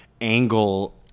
angle